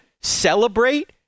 celebrate